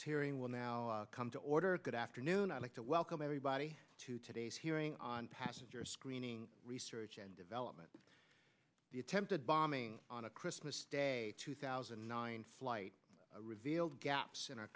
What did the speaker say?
this hearing will now come to order good afternoon i'd like to welcome everybody to today's hearing on passenger screening research and development the attempted bombing on christmas day two thousand and nine flight revealed gaps in our